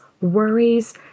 worries